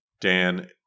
Dan